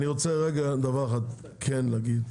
אני רוצה דבר אחד כן להגיד,